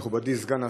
מכובדי סגן השר,